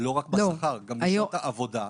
לא רק בשכר, גם בשעות העבודה,